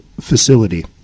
facility